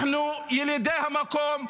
שאנחנו ילידי המקום.